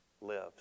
lives